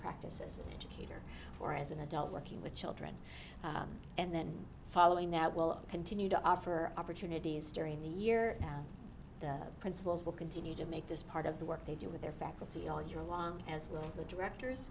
practices to cater for as an adult working with children and then following that will continue to offer opportunities during the year now the principals will continue to make this part of the work they do with their faculty all year long as will the director